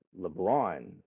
LeBron